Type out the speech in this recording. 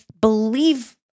believe